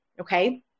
okay